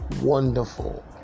wonderful